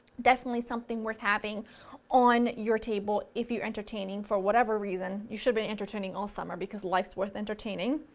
definitely something worth having on your table if you're entertaining for whatever reason. you should be entertaining all summer because life's worth entertaining.